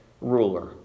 ruler